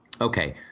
Okay